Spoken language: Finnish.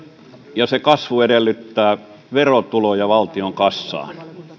ja se kasvu edellyttää verotuloja valtion kassaan